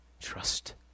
trust